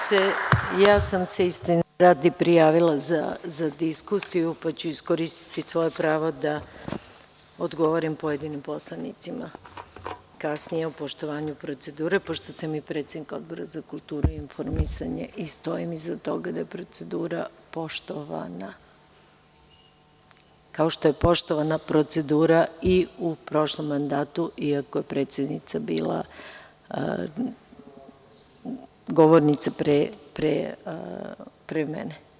Istine radi, ja sam se prijavila za diskusiju, pa ću iskoristiti svoje pravo da odgovorim pojedinim poslanicima, kasnije o poštovanju procedure pošto sam i predsednik Odbora za kulturu i informisanje i stojim iza toga da je procedura poštovana, kao što je poštovana procedura i u prošlom mandatu, iako je predsednica bila govornica pre mene.